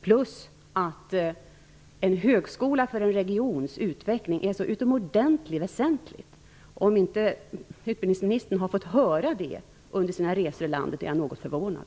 Dessutom är en högskola utomordentligt väsentlig för en regions utveckling. Om inte utbildningsministern har fått höra det under sina resor i landet är jag något förvånad.